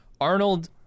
Arnold